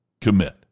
commit